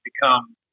become